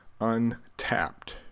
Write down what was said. untapped